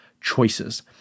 choices